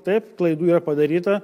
taip klaidų yra padaryta